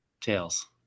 Tails